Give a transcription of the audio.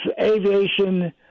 aviation